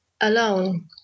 alone